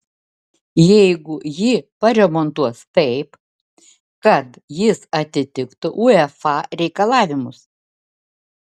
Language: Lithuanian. jeigu jį paremontuos taip kad jis atitiktų uefa reikalavimus